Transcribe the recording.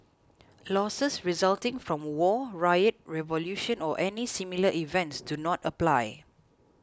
losses resulting from war riot revolution or any similar events do not apply